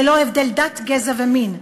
ללא הבדל דת גזע ומין.